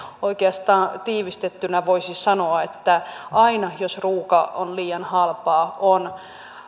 oikeastaan tiivistettynä voisi sanoa että aina jos ruoka on liian halpaa on